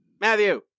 Matthew